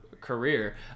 career